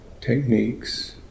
techniques